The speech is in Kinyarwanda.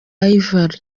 yverry